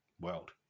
world